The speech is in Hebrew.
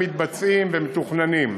מתבצעים ומתוכננים.